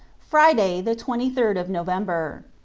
friday, the twenty third of november.